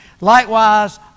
Likewise